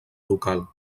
local